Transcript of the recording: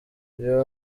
uyu